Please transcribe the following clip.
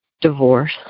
divorce